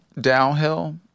downhill